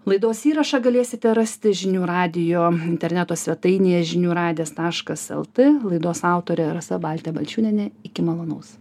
laidos įrašą galėsite rasti žinių radijo interneto svetainėje žinių radijas taškas lt laidos autorė rasa baltė balčiūnienė iki malonaus